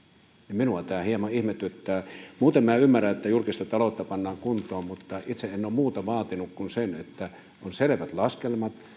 minua tämä hieman ihmetyttää muuten minä ymmärrän että julkista taloutta pannaan kuntoon mutta itse en ole muuta vaatinut kuin sen että on selvät laskelmat